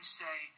say